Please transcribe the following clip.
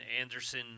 Anderson